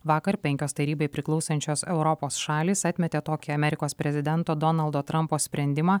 vakar penkios tarybai priklausančios europos šalys atmetė tokį amerikos prezidento donaldo trampo sprendimą